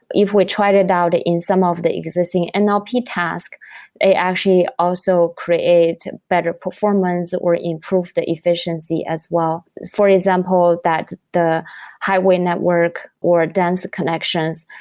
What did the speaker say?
if we tried it out in some of the existing and nlp yeah tasks, they actually also create better performance, or improve the efficiency as well for example, that the highway network, or dense connections,